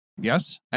Yes